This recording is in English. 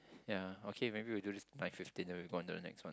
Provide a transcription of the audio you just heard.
ya okay maybe we do this by fifteen then we go on to the next one